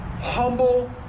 humble